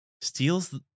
steals